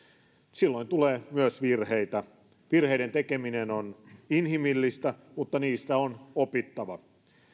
silloin tulee myös virheitä virheiden tekeminen on inhimillistä mutta niistä on opittava